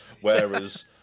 Whereas